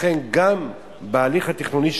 לכן גם בהליך התכנוני,